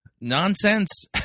nonsense